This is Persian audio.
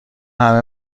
همه